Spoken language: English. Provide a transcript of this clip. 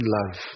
love